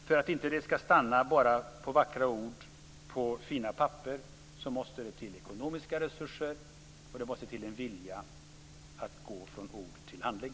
För att det inte skall stanna vid vackra ord på fina papper måste det till ekonomiska resurser och det måste till en vilja att gå från ord till handling.